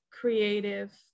creative